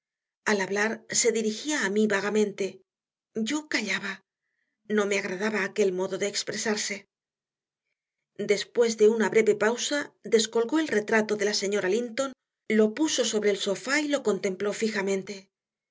al hablar se dirigía a mí vagamente yo callaba no me agradaba aquel modo de expresarse después de una breve pausa descolgó el retrato de la señora linton lo puso sobre el sofá y lo contempló fijamente